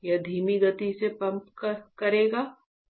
यह धीमी गति से पंप करेगा क्या होगा